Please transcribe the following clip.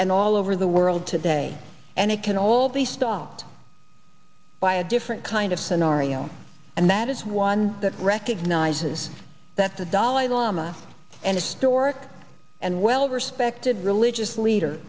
and all over the world today and it can all be stopped by a different kind of scenario and that is one that recognizes that the dalai lama and a stork and well respected religious leader